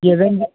ये रेन्ज